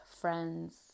friends